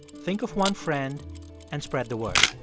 think of one friend and spread the word.